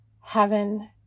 heaven